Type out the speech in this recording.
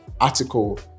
article